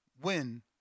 win